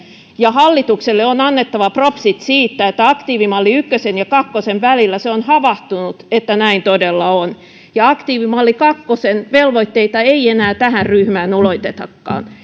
ja hallitukselle on annettava propsit siitä että aktiivimalli ykkösen ja kakkosen välillä se on havahtunut siihen että näin todella on aktiivimalli kakkosen velvoitteita ei enää tähän ryhmään ulotetakaan